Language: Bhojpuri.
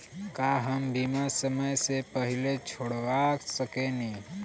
का हम बीमा समय से पहले छोड़वा सकेनी?